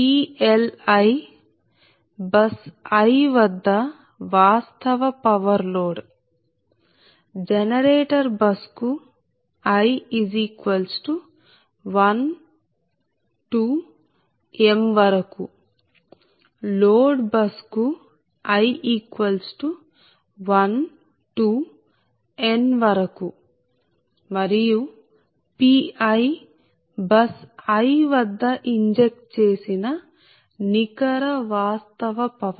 PLi bus i వద్ద వాస్తవ power load generator bus కు i12m లోడ్ బస్ కుi12n మరియు Pi బస్ i వద్ద ఇంజెక్ట్ చేసిన నికర వాస్తవ పవర్